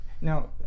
Now